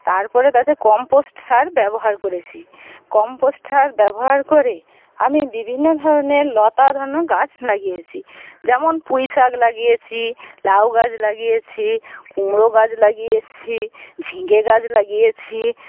তারপরে তাতে কম্পোস্ট সার ব্যবহার করেছি কম্পোস্ট সার ব্যবহার করে আমি বিভিন্ন ধরণের লতা ধরানো গাছ লাগিয়েছি যেমন পুঁই শাক লাগিয়েছি লাউ গাছ লাগিয়েছি কুমড়ো গাছ লাগিয়েছি ঝিঙ্গে গাছ লাগিয়েছি